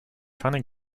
trying